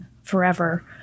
Forever